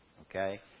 okay